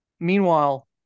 Meanwhile